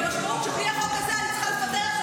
כי המשמעות היא שבלי החוק הזה אני צריכה לפטר עכשיו